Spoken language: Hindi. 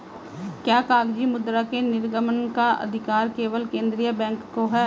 क्या कागजी मुद्रा के निर्गमन का अधिकार केवल केंद्रीय बैंक को है?